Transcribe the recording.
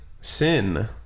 sin